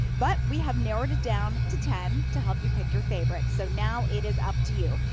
but we have narrowed it down to ten to help you pick your favorite. so now it is up to you.